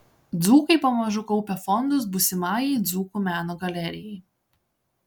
dzūkai pamažu kaupia fondus būsimajai dzūkų meno galerijai